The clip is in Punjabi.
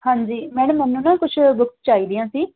ਹਾਂਜੀ ਮੈਡਮ ਮੈਨੂੰ ਨਾ ਕੁੱਛ ਬੁੱਕਸ ਚਾਹੀਦੀਆਂ ਸੀ